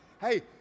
hey